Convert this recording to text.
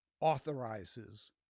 authorizes